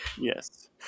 yes